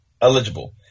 eligible